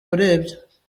urebye